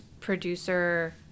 producer